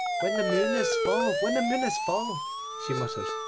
when the moon is full, when the moon is full she muttered.